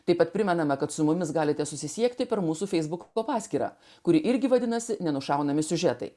taip pat primename kad su mumis galite susisiekti per mūsų facebook paskyrą kuri irgi vadinasi nenušaunami siužetai